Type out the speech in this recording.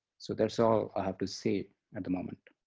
so that's all i have to say at the moment.